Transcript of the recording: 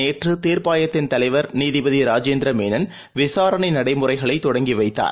நேற்றுதீர்ப்பாயத்தின் தலைவர் நீதிபதிராஜேந்திரமேனன் விசாரணைநடைமுறைகளைதொடங்கிவைத்தார்